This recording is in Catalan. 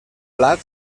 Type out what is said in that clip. plat